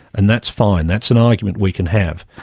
and that's fine, that's an argument we can have.